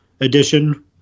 edition